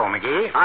McGee